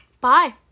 Bye